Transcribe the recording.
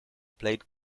played